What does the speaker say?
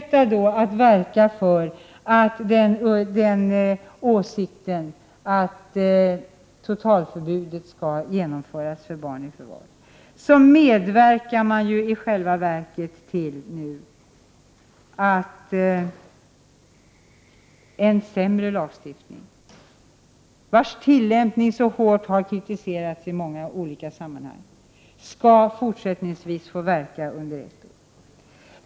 Men i stället för att, som är brukligt i den här kammaren, välkomna de förbättringar som föreslås, medverkar man i själva verket nu till att en sämre lagstiftning, vars tillämpning så hårt har kritiserats i många olika sammanhang, skall gälla under ytterligare ett år.